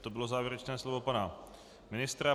To bylo závěrečné slovo pana ministra.